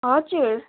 हजुर